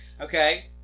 Okay